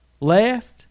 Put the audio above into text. left